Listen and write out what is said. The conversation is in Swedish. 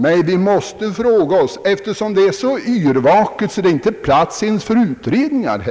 Men det är ett så yrvaket intresse att det inte ens finns plats för utredningar,